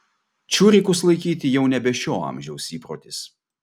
čiurikus laikyti jau nebe šio amžiaus įprotis